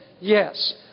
Yes